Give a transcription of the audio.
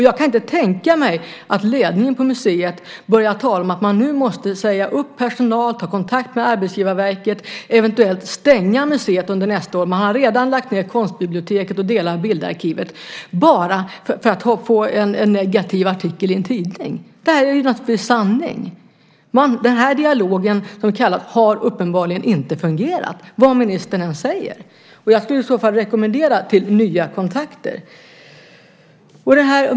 Jag kan inte tänka mig att ledningen på museet börjar tala om att man nu måste säga upp personal, ta kontakt med Arbetsgivarverket och eventuellt stänga museet under nästa år - man har redan lagt ned konstbiblioteket och delar av bildarkivet - bara för att få en negativ artikel i en tidning. Det här är naturligtvis sanning. Den här dialogen har uppenbarligen inte fungerat, vad ministern än säger. Jag skulle därför vilja rekommendera nya kontakter.